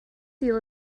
eel